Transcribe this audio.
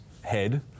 head